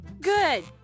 Good